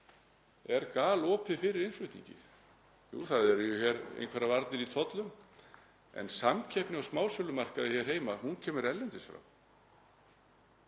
er galopið fyrir innflutningi. Jú, það eru hér einhverjar varnir í tollum en samkeppni á smásölumarkaði hér heima kemur erlendis frá.